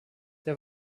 der